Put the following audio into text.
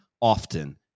often